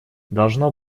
должно